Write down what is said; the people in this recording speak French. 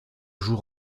jour